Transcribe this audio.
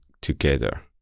together